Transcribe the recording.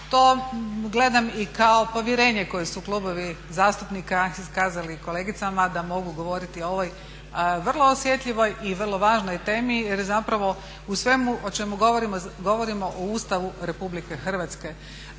To gledam i kao povjerenje koje su klubovi zastupnika iskazali kolegicama da mogu govoriti o ovoj vrlo osjetljivoj i vrlo važnoj temi. Jer zapravo u svemu o čemu govorimo, govorimo o Ustavu RH koji je